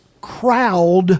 crowd